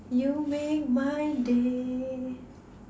you make my day